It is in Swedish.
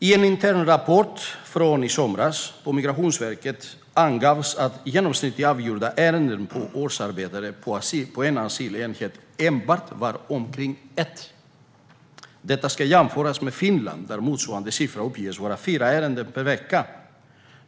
I en internrapport från i somras rörande Migrationsverket angavs att genomsnittet för avgjorda ärenden per årsarbetare på en asylenhet endast var omkring ett i veckan. Detta ska jämföras med Finland, där motsvarande siffra uppges vara fyra ärenden per vecka.